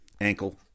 Ankle